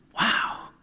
Wow